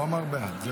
הוא אמר בעד.